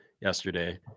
yesterday